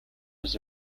was